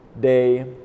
day